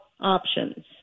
options